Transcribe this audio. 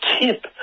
tip